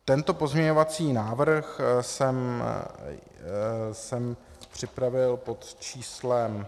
Tento pozměňovací návrh jsem připravil pod číslem 967.